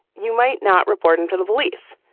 you might not report it to the police,